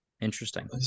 interesting